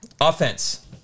Offense